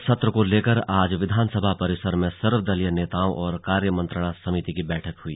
budget सत्र को लेकर आज विधानसभा परिसर में सर्वदलीय नेताओं और कार्यमंत्रणा समिति की बैठक हुई